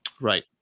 right